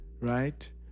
right